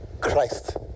Christ